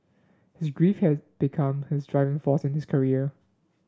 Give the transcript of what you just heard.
his grief had become his driving force in his career